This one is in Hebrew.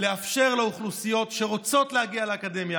לאפשר לאוכלוסיות שרוצות להגיע לאקדמיה